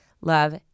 Love